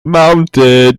mounted